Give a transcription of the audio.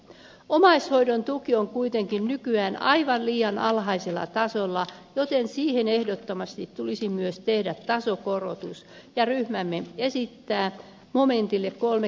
omaishoidon tuki on kuitenkin nykyään aivan liian alhaisella tasolla joten siihen ehdottomasti tulisi myös tehdä tasokorotus